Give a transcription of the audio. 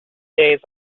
days